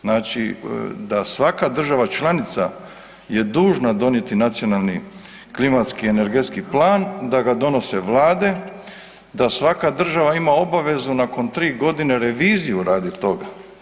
Znači da svaka država članica je dužna donijeti Nacionalni klimatski energetski plan, da ga donose vlade, da svaka država ima obavezu nakon 3 godine reviziju raditi toga.